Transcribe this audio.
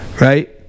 right